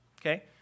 okay